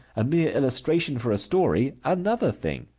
a mere illustration for a story another thing.